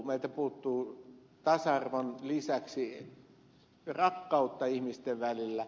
meiltä puuttuu tasa arvon lisäksi rakkautta ihmisten välillä